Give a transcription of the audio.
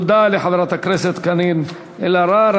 אין מתנגדים, אין נמנעים.